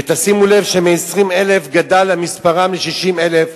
ושימו לב שמ-20,000 גדל מספרם ל-60,000,